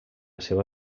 seva